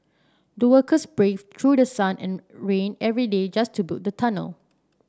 the workers braved through the sun and rain every day just to build the tunnel